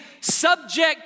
subject